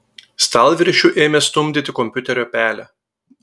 stalviršiu ėmė stumdyti kompiuterio pelę